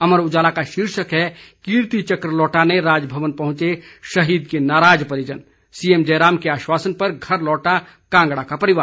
अमर उजाला का शीर्षक है कीर्ति चक्र लौटाने राजभवन पहुंचे शहीद के नाराज परिजन सीएम जयराम के आश्वासन पर घर लौटा कांगड़ा का परिवार